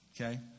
okay